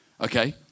Okay